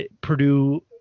Purdue